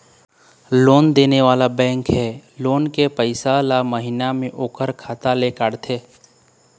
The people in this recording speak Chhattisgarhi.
लोन देने वाला बेंक ह लोन के पइसा ल महिना म ओखर खाता ले काटथे